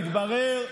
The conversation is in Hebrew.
התברר,